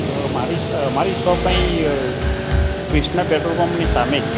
મારી મારી શોપ અહીં ક્રિષ્ના પેટ્રોલપંપ ની સામે